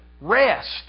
rest